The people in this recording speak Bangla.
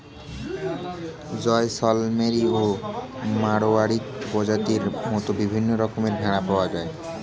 জয়সলমেরি ও মাড়োয়ারি প্রজাতির মত বিভিন্ন রকমের ভেড়া পাওয়া যায়